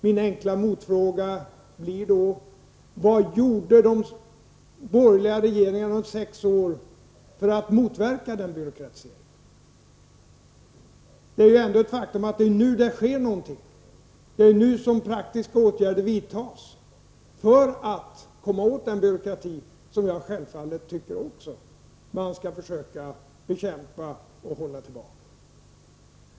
Min enkla motfråga blir då: Vad gjorde de borgerliga regeringarna under de sex åren för att motverka denna byråkratisering? Det är ändå ett faktum att det är nu som det sker någonting, det är nu som praktiska åtgärder vidtas för att komma åt den byråkrati som jag självfallet också tycker att man skall försöka bekämpa och hålla tillbaka.